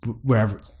wherever